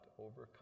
overcome